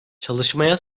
çalışmaya